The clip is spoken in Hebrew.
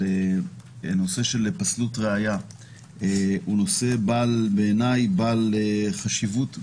הנושא של פַסְלוּת ראיה הוא נושא בעל חשיבות גדולה.